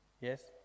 Yes